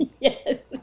Yes